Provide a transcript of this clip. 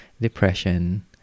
depression